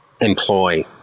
employ